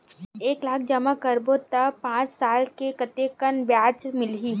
एक लाख जमा करबो त पांच साल म कतेकन ब्याज मिलही?